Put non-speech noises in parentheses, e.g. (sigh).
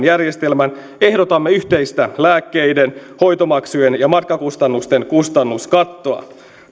(unintelligible) järjestelmän ehdotamme yhteistä lääkkeiden hoitomaksujen ja matkakustannusten kustannuskattoa